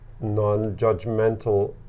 non-judgmental